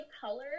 color